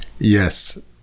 Yes